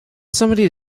someone